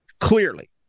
Clearly